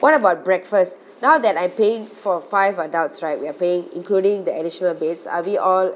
what about breakfast now that I'm paying for five adults right we are paying including the additional beds are we all